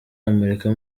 amerika